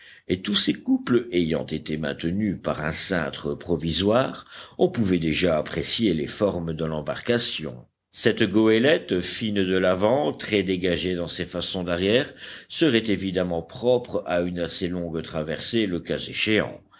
et tous ces couples ayant été maintenus par un cintre provisoire on pouvait déjà apprécier les formes de l'embarcation cette goélette fine de l'avant très dégagée dans ses façons d'arrière serait évidemment propre à une assez longue traversée le cas échéant